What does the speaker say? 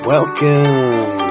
Welcome